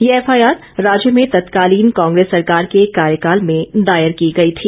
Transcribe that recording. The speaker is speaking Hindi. ये एफआईआर राज्य में तत्तकालीन कांग्रेस सरकार के कार्यकाल में दायर की गई थी